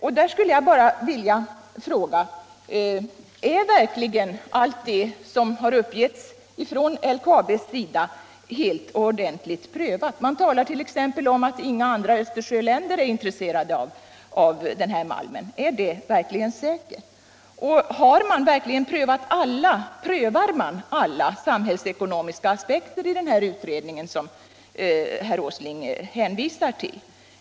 Jag vill bara fråga: Är verkligen allt det som har uppgivits från LKAB:s sida helt och ordentligt prövat? Man talar t.ex. om att inga andra Östersjöländer är intresserade av den här malmen. Är det verkligen säkert? Och prövar man alla samhällsekonomiska aspekter i den utredning som herr Åsling hänvisar till?